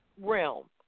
realm